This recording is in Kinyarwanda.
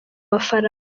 mafaranga